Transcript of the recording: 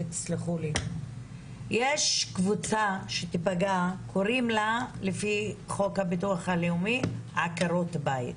יש קבוצה שתיפגע לפי חוק הביטוח הלאומי היא נקראת "עקרות בית".